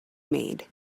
made